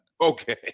Okay